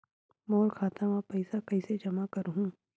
मोर खाता म पईसा कइसे जमा करहु?